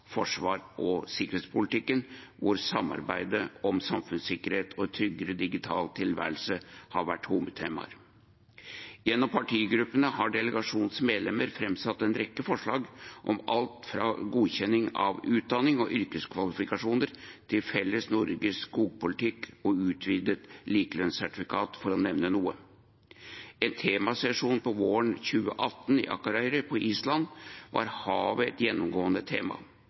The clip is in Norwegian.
og sikkerhetspolitikk, hvor samarbeidet om samfunnssikkerhet og tryggere digital tilværelse har vært hovedtemaer. Gjennom partigruppene har delegasjonens medlemmer framsatt en rekke forslag om alt fra godkjenning av utdanning og yrkeskvalifikasjoner til felles nordisk skogpolitikk og utvidet likelønnssertifikat, for å nevne noe. På temasesjonen våren 2018 i Akureyri på Island var havet et gjennomgående tema.